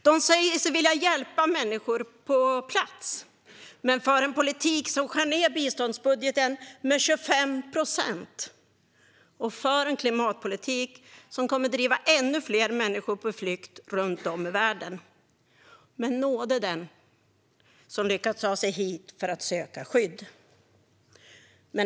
De säger sig vilja hjälpa människor på plats men för en politik som minskar biståndsbudgeten med 25 procent och för en klimatpolitik som kommer att driva ännu fler människor på flykt runt om i världen. Men nåde den som lyckats ta sig hit för att söka skydd.